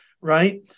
right